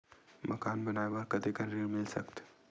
मकान बनाये बर कतेकन ऋण मिल सकथे?